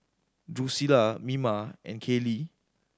Drusilla Mima and Kailee